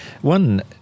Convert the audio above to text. one